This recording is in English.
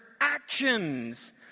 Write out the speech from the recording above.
actions